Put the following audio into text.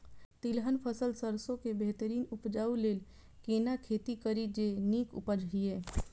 तिलहन फसल सरसों के बेहतरीन उपजाऊ लेल केना खेती करी जे नीक उपज हिय?